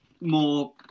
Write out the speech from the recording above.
more